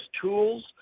tools